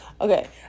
okay